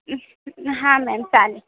हां मॅम चालेल